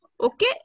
Okay